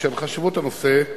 בשל חשיבות הנושא,